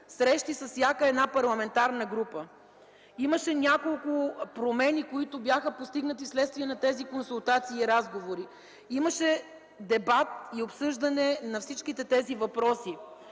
срещи с всяка една парламентарна група. Имаше няколко промени, които бяха постигнати вследствие на тези консултации и разговори. Имаше дебати и обсъждане на всички тези въпроси.